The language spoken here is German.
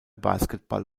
basketball